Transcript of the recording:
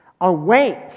Awake